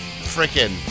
freaking